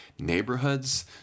neighborhoods